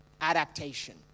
adaptation